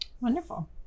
Wonderful